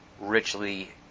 richly